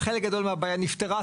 חלק גדול מהבעיה נפתרה.